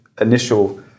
initial